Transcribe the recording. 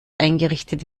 eingerichtet